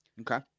Okay